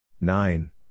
nine